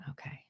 Okay